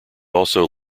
also